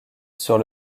sur